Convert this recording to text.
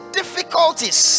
difficulties